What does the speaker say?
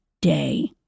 day